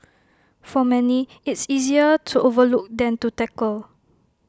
for many it's easier to overlook than to tackle